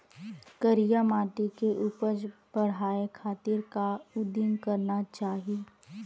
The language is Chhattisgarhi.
करिया माटी के उपज बढ़ाये खातिर का उदिम करना चाही?